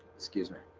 excuse me,